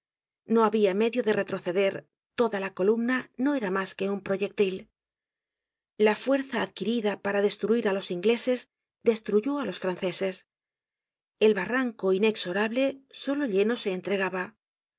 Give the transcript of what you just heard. no habia medio de retroceder toda la columna no era mas que un proyectil la fuerza adquirida para destruir á los ingleses destruyó á los franceses el barranco inexorable solo lleno se entregaba